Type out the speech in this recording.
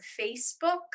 Facebook